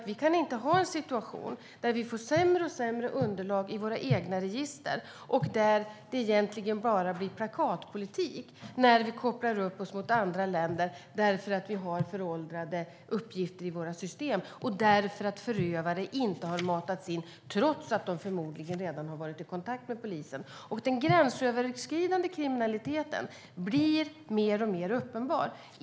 Vi kan inte ha en situation där vi får allt sämre underlag i våra egna register och där det egentligen bara blir plakatpolitik när vi kopplar upp oss mot andra länder därför att vi har föråldrade uppgifter i våra system eftersom förövare inte har matats in trots att de förmodligen redan har varit i kontakt med polisen. Den gränsöverskridande kriminaliteten blir alltmer uppenbar.